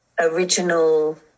original